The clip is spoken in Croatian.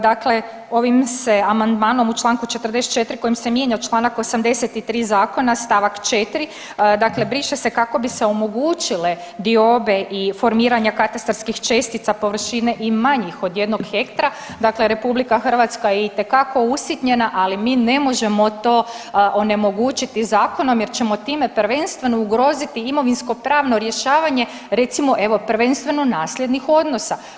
Dakle ovim se amandmanom u čl. 44 kojim se mijenjao čl. 83 Zakona st. 4 dakle briše se kako bi se omogućile diobe i formiranje katastarskih čestica površine i manjih od jednog hektra, dakle RH je itekako usitnjena, ali mi ne možemo to onemogućiti zakonom jer ćemo time prvenstveno ugroziti imovinsko-pravno rješavanje, recimo, evo, prvenstveno nasljednih odnosa.